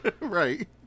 Right